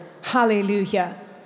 Hallelujah